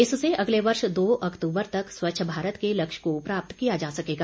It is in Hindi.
इससे अगले वर्ष दो अक्तूबर तक स्वच्छ भारत के लक्ष्य को प्राप्त किया जा सकेगा